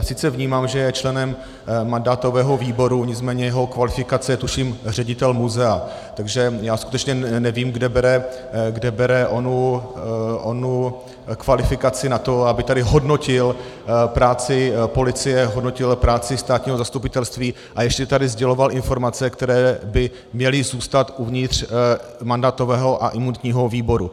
Sice vnímám, že je členem mandátového výboru, nicméně jeho kvalifikace je, tuším, ředitel muzea, takže já skutečně nevím, kde bere onu kvalifikaci na to, aby tady hodnotil práci policie, hodnotil práci státního zastupitelství a ještě tady sděloval informace, které by měly zůstat uvnitř mandátového a imunitního výboru.